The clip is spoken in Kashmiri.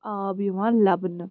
آب یِوان لَبنہٕ